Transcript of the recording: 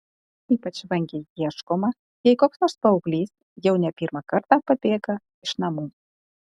ypač vangiai ieškoma jei koks nors paauglys jau ne pirmą kartą pabėga iš namų